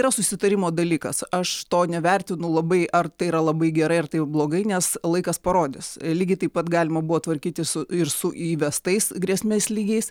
yra susitarimo dalykas aš to nevertinu labai ar tai yra labai gera ir taip blogai nes laikas parodys lygiai taip pat galima buvo tvarkytis su ir su įvestais grėsmės lygiais